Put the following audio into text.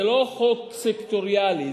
זה לא חוק סקטוריאלי,